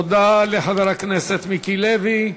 תודה לחבר הכנסת מיקי לוי.